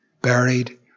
Buried